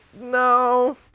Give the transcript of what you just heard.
no